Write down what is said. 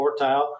quartile